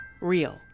real